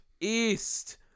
East